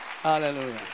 Hallelujah